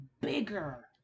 bigger